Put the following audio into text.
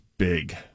Big